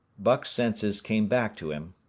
buck's senses came back to him,